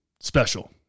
special